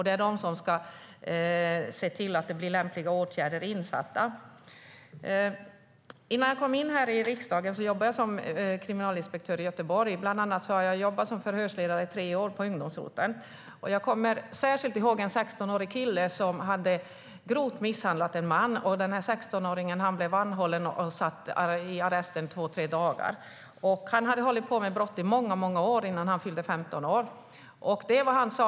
Det är de som ska se till att lämpliga åtgärder sätts in. Innan jag kom in i riksdagen jobbade jag som kriminalinspektör i Göteborg. Bland annat har jag jobbat som förhörsledare i tre år på ungdomsroteln. Jag kommer särskilt ihåg en 16-årig kille som hade misshandlat en man grovt. 16-åringen blev anhållen och satt i arrest i två tre dagar. Han hade hållit på med brott i många år innan han fyllde 15 år.